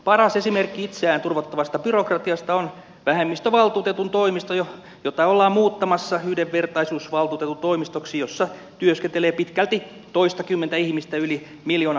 paras esimerkki itseään turvottavasta byrokratiasta on vähemmistövaltuutetun toimisto jota ollaan muuttamassa yhdenvertaisuusvaltuutetun toimistoksi jossa työskentelee pitkälti toistakymmentä ihmistä yli miljoonan euron budjetilla